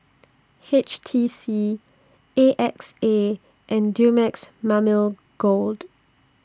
H T C A X A and Dumex Mamil Gold